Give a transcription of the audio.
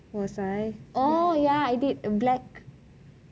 was I oh ya I did black top